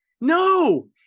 no